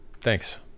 Thanks